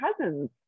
cousins